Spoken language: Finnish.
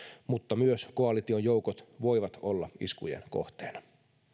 mutta myös koalition joukot voivat olla iskujen kohteena